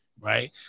Right